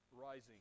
rising